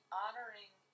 honoring